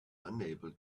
unable